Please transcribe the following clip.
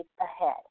ahead